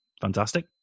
fantastic